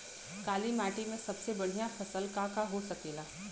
काली माटी में सबसे बढ़िया फसल का का हो सकेला?